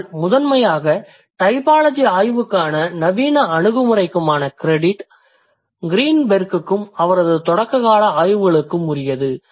ஆனால் முதன்மையாக டைபாலஜி ஆய்வுக்கான நவீன அணுகுமுறைக்குமான க்ரெடிட் க்ரீன்பெர்க்குக்கும் அவரது தொடக்ககால ஆய்வுகளுக்கும் உரியது